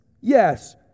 Yes